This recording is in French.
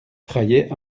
raillait